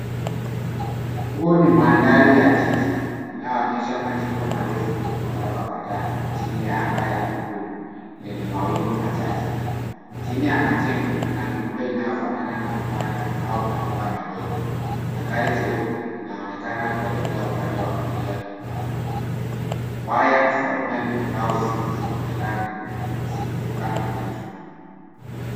Huu ni mandhari ya jiji, inaonyesha majengo marefu yenye ghorofa kadhaa, chini ya anga ya buluu lenye mawingu machache. Chini ya majengo, kuna miundo inayofanana na vibanda au maduka madogo na gari jeupe linaonekana kuelekea upande wa kulia. Waya za umeme au simu zinaonekana zikivuka anga juu.